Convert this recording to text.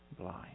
blind